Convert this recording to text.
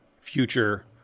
future